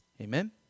Amen